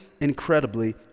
incredibly